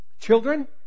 Children